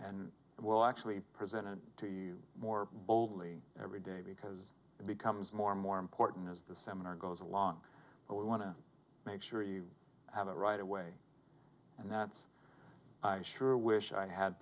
will actually presented to you more boldly every day because it becomes more and more important as the seminar goes along but we want to make sure you have it right away and that's i sure wish i had